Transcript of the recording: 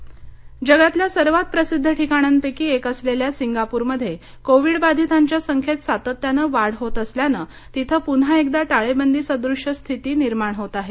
Singapore टाळेबंदी जगातल्या सर्वांत प्रसिद्ध ठिकाणांपैकी एक असलेल्या सिंगापूरमध्ये कोविड बाधितांच्या संख्येत सातत्यानं वाढ होत असल्याने तिथं पुन्हा एकदा टाळेबंदी सदृश स्थितीत निर्माण होत आहे